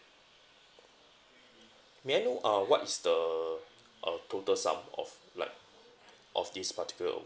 may I know uh what is the uh total sum of like of this particular award